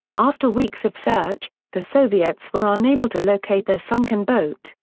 after weeks of search, the soviets were unable to locate their sunken boat,